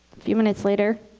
few minutes later,